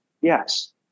yes